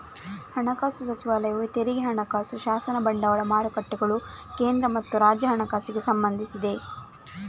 ಹಣಕಾಸು ಸಚಿವಾಲಯವು ತೆರಿಗೆ, ಹಣಕಾಸು ಶಾಸನ, ಬಂಡವಾಳ ಮಾರುಕಟ್ಟೆಗಳು, ಕೇಂದ್ರ ಮತ್ತು ರಾಜ್ಯ ಹಣಕಾಸಿಗೆ ಸಂಬಂಧಿಸಿದೆ